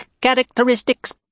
characteristics